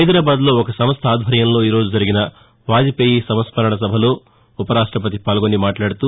హైదరాబాద్లో ఒక సంస్ద ఆధ్వర్యంలో ఈ రోజు జరిగిన వాజ్పేయీ సంస్మరణ సభలో ఉపరాష్టపతి పాల్గొని మాట్లాడుతూ